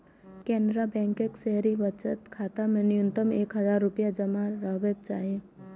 केनरा बैंकक शहरी बचत खाता मे न्यूनतम एक हजार रुपैया जमा रहबाक चाही